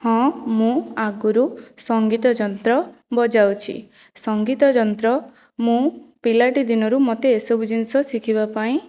ହଁ ମୁଁ ଆଗରୁ ସଙ୍ଗୀତ ଯନ୍ତ୍ର ବଜାଉଛି ସଙ୍ଗୀତ ଯନ୍ତ୍ର ମୁଁ ପିଲାଟି ଦିନରୁ ମୋତେ ଏସବୁ ଜିନିଷ ଶିଖିବା ପାଇଁ